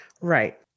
Right